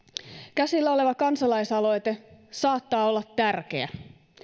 käsillä oleva kansalaisaloite saattaa olla tärkeä